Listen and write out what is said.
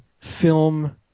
film